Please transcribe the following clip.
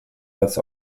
als